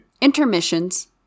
Intermissions